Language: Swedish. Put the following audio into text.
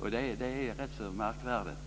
och det är rätt märkvärdigt.